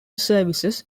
services